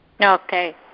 Okay